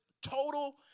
Total